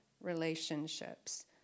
relationships